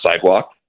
sidewalk